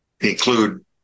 include